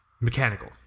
mechanical